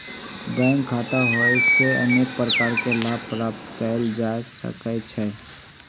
bank खता होयेसे अनेक प्रकार के लाभ प्राप्त कएल जा सकइ छै